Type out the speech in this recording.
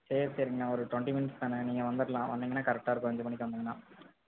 சரி சரிங்கண்ணா ஒரு டிவெண்டி மினிட்ஸ் தானே நீங்கள் வந்துடலாம் வந்திங்கண்ணா கரெக்ட்டா இருக்கும் அஞ்சு மணிக்கு வந்திங்கண்ணா